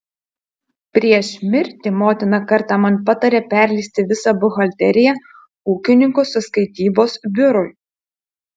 prieš mirtį motina kartą man patarė perleisti visą buhalteriją ūkininkų sąskaitybos biurui